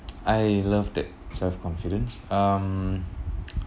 I love that self confidence um